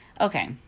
okay